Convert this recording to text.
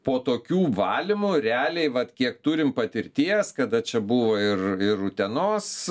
po tokių valymų realiai vat kiek turim patirties kada čia buvo ir ir utenos